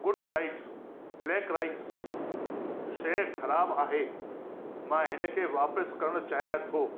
good diet black rice शइ ख़राबु आहे मां हिन खे वापसि करणु चाहियां थो